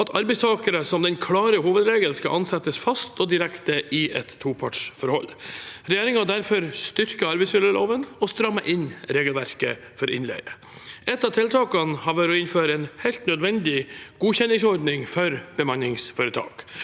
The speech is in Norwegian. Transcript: at arbeidstakere som klar hovedregel skal ansettes fast og direkte i et topartsforhold. Regjeringen har derfor styrket arbeidsmiljøloven og strammet inn regelverket for innleie. Et av tiltakene har vært å innføre en helt nødvendig godkjenningsordning for bemanningsforetak.